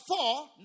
four